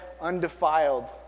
undefiled